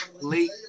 late